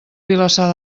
vilassar